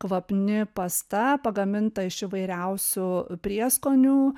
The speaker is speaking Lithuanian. kvapni pasta pagaminta iš įvairiausių prieskonių